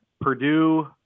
Purdue